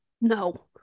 No